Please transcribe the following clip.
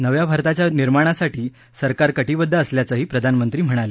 नव्या भारताच्या निर्माणासाठी सरकार कटिबद्ध असल्याचंही प्रधानमंत्री म्हणाले